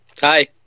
Hi